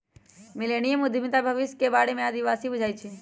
millennium उद्यमीता भविष्य के बारे में आशावादी बुझाई छै